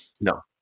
No